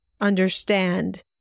understand